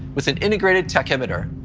with an integrated tachymeter,